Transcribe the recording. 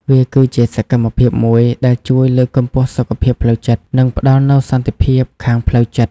វាគឺជាសកម្មភាពមួយដែលជួយលើកកម្ពស់សុខភាពផ្លូវចិត្ត និងផ្តល់នូវសន្តិភាពខាងក្នុងចិត្ត។